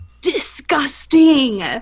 disgusting